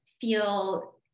feel